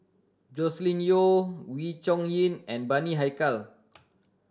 Joscelin Yeo Wee Chong Jin and Bani Haykal